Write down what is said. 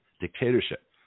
dictatorship